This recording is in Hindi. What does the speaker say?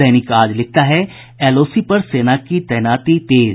दैनिक आज लिखता है एलओसी पर सेना की तैनाती तेज